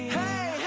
hey